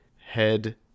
head